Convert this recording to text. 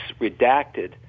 redacted